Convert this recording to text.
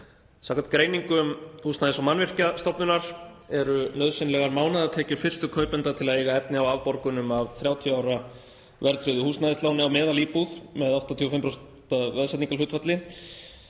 Samkvæmt greiningum Húsnæðis- og mannvirkjastofnunar eru nauðsynlegar mánaðartekjur fyrstu kaupenda til að eiga efni á afborgunum af 30 ára verðtryggðu húsnæðisláni á meðalíbúð með 85% veðsetningarhlutfall